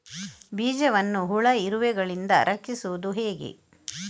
ಬೀಜವನ್ನು ಹುಳ, ಇರುವೆಗಳಿಂದ ರಕ್ಷಿಸುವುದು ಹೇಗೆ?